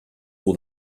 all